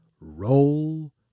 Roll